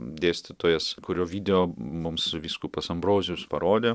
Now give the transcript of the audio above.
dėstytojas kurio video mums vyskupas ambrozijus parodė